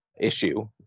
issue